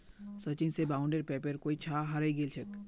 सचिन स बॉन्डेर पेपर कोई छा हरई गेल छेक